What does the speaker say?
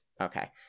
okay